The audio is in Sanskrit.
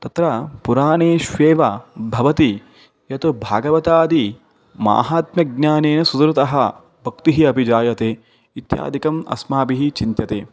तत्र पुराणेष्वेव भवति यत् भागवतादिमाहात्म्यज्ञानेन सुहृतः पक्वः अपि जायते इत्यादिकम् अस्माभिः चिन्त्यते